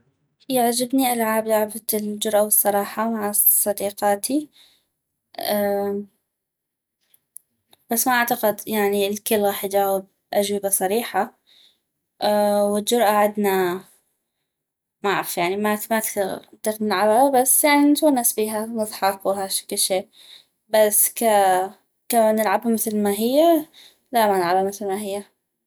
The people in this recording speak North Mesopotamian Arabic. يعجبني العب العاب الجرأة والصراحة مع صديقاتي بس ما اعتقد يعني الكل غاح يجاوب أجوبة صريحة والجرأة عدنا معف يعني ما ما كثيغ نطيق نلعبا بس يعني نتونس بيها نضحك وهشكل شي بس كنعلبا مثل ما هي لا ما نلعبا مثل ما هي